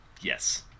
Yes